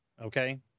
Okay